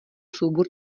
soubor